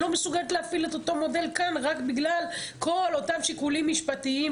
לא מסוגלת להפעיל את אותו מודל כאן רק בגלל כל אותם שיקולים משפטיים,